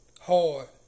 hard